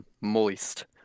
Moist